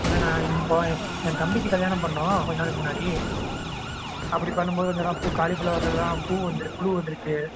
இல்லைன்ணா இப்போ ஏன் தம்பிக்கு கல்யாணம் பண்ணோம் கொஞ்சம் நாளைக்கு முன்னாடி அப்படி பண்ணும்போது கொஞ்ச காலிஃப்ளவர் எல்லாம் பூ வந்துரு புழு வந்துருச்சு